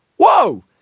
whoa